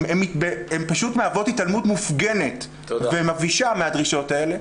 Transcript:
הן פשוט מהוות התעלמות מופגנת ומבישה מהדרישות האלה.